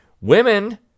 Women